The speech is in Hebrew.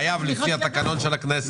הצו פוקע לפי הנוהל.